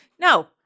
No